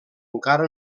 encara